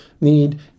need